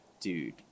dude